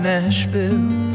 Nashville